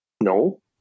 no